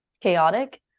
chaotic